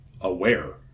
aware